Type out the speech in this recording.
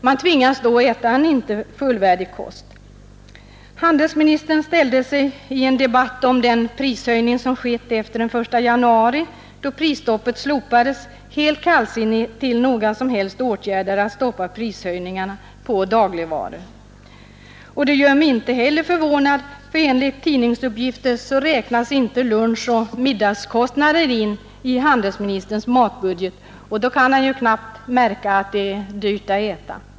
Man tvingas då att äta en icke fullvärdig kost. I en debatt om den prishöjning som skett efter den 1 januari, då prisstoppet slopades, ställde sig handelsministern helt kallsinnig till några som helst åtgärder för att hejda prishöjningarna på dagligvaror. Det gör mig inte heller särskilt förvånad, ty enligt tidningsuppgifter räknas inte lunchoch middagskostnader in i handelsministerns matbudget, och då kan han ju knappast märka att det är dyrt att äta.